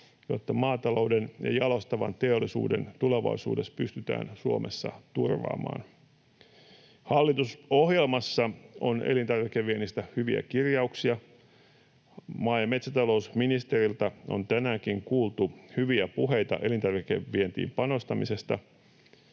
jotta maatalouden ja jalostavan teollisuuden tulevaisuus pystytään Suomessa turvaamaan. Hallitusohjelmassa on elintarvikeviennistä hyviä kirjauksia. Maa- ja metsätalousministeriltä on tänäänkin kuultu hyviä puheita elintarvikevientiin panostamisesta.